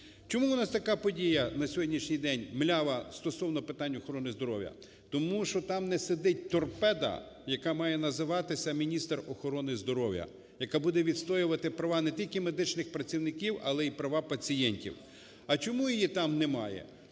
Чому у нас така подія на сьогоднішній день млява стосовно питанню охорони здоров'я? Тому що там не сидить торпеда, яка має називатися "міністр охорони здоров'я", яка буде відстоювати права не тільки медичних працівників, але і права пацієнтів. А чому її там немає?